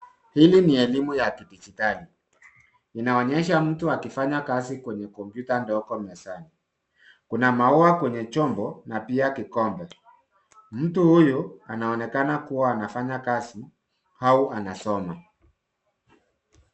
Hili ni elimu yakijiditali. Inonyesha mtu akifanya kazi kwenye computer ndogo mezani. Kuna maua kwenye chombo na pia kikombe. Mtu huyu anaonekana kuwa anafanya kazi au anasoma.